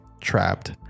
trapped